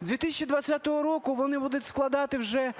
З 2020 року він буде складати вже